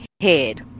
head